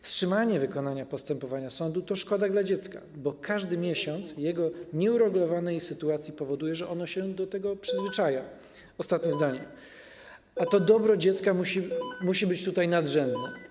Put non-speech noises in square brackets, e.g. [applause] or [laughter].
Wstrzymanie wykonania postępowania sądu to szkoda dla dziecka, bo każdy miesiąc jego nieuregulowanej sytuacji powoduje, że ono się do tego przyzwyczaja [noise] - ostatnie zdanie - a to dobro dziecka musi być tutaj nadrzędne.